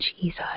Jesus